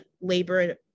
labor